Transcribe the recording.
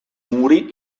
muri